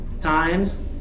times